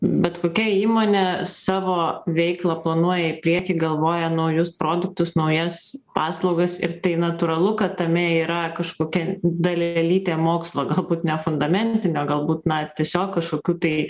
bet kokia įmonė savo veiklą planuoja į priekį galvoja naujus produktus naujas paslaugas ir tai natūralu kad tame yra kažkokia dalelytė mokslo galbūt ne fundamentinio galbūt na tiesiog kažkokių tai